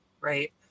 right